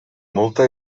multa